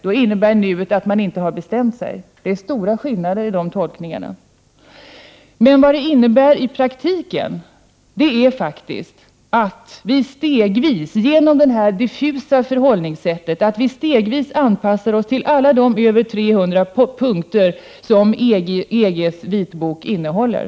Då innebär ”nu” att man inte har bestämt sig. Det är stora skillnader i dessa tolkningar. Men vad ”nu” innebär i praktiken är faktiskt att vi stegvis, genom detta diffusa förhållningssätt, anpassar oss till alla de över 300 punkter som EG:s vitbok innehåller.